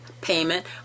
payment